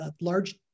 large